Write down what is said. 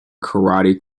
karate